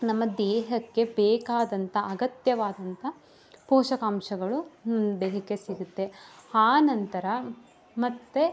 ನಮ್ಮ ದೇಹಕ್ಕೆ ಬೇಕಾದಂಥ ಅಗತ್ಯವಾದಂಥ ಪೋಷಕಾಂಶಗಳು ದೇಹಕ್ಕೆ ಸಿಗತ್ತೆ ಆನಂತರ ಮತ್ತೆ